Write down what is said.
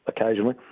occasionally